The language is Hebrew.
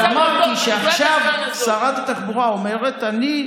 אבל אמרתי שעכשיו שרת התחבורה אומרת: אני,